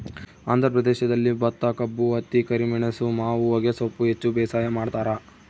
ಆಂಧ್ರ ಪ್ರದೇಶದಲ್ಲಿ ಭತ್ತಕಬ್ಬು ಹತ್ತಿ ಕರಿಮೆಣಸು ಮಾವು ಹೊಗೆಸೊಪ್ಪು ಹೆಚ್ಚು ಬೇಸಾಯ ಮಾಡ್ತಾರ